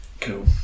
Cool